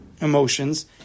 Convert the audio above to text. emotions